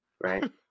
Right